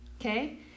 okay